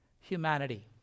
humanity